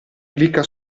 clicca